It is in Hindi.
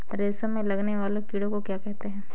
रेशम में लगने वाले कीड़े को क्या कहते हैं?